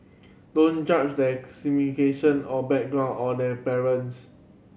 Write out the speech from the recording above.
don't judge their or background or their parents